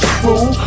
fool